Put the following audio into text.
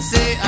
Say